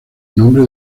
nombre